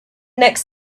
next